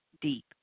deep